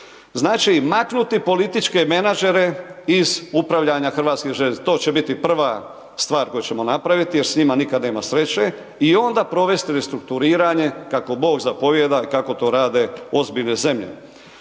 Znači, maknuti političke menadžere iz upravljanja HŽ-om. To će biti prva stvar koju ćemo napraviti jer s njima nikad nema sreće i onda provesti restrukturiranje kako Bog zapovijeda i kako to rade ozbiljne zemlje.